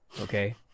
okay